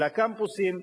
אל הקמפוסים.